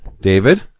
David